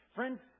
Friends